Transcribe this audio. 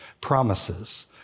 promises